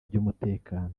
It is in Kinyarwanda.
by’umutekano